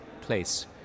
place